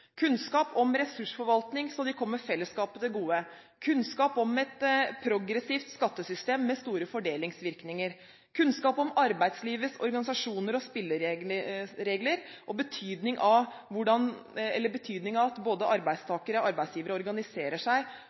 Kunnskap om ressursforvaltning slik at det kommer fellesskapet til gode, kunnskap om et progressivt skattesystem med store fordelingsvirkninger, kunnskap om arbeidslivets organisasjoner og spilleregler og betydningen av at både arbeidstakere og arbeidsgivere organiserer seg